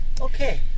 Okay